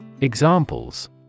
Examples